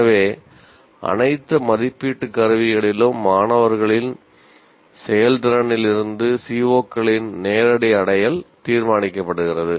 எனவே அனைத்து மதிப்பீட்டு கருவிகளிலும் மாணவர்களின் செயல்திறனில் இருந்து CO களின் நேரடி அடையல் தீர்மானிக்கப்படுகிறது